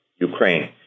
Ukraine